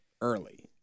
early